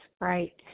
right